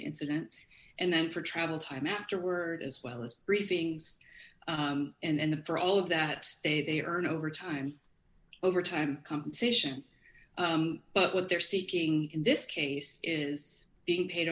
the incident and then for travel time afterward as well as briefings and for all of that say they are in overtime overtime compensation but what they're seeking in this case is being paid